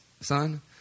son